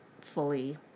fully